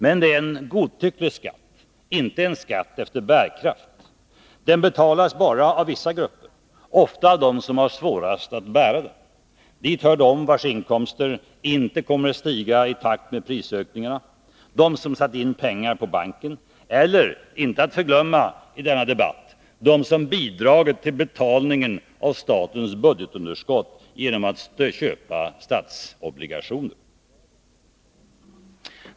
Men den är en helt godtycklig skatt, inte en skatt efter bärkraft. Den betalas bara av vissa grupper, ofta av dem som har svårast att bära den. Dit hör de vilkas inkomster inte stiger i takt med prisökningarna, de som har satt in pengar på banken eller — inte att förglömma i denna debatt — de som bidragit till betalningen av statens budgetunderskott genom att köpa statsobligationer.